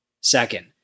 Second